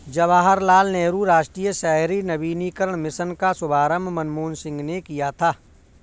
जवाहर लाल नेहरू राष्ट्रीय शहरी नवीकरण मिशन का शुभारम्भ मनमोहन सिंह ने किया था